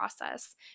process